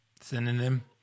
synonym